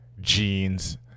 jeans